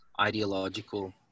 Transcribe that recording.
ideological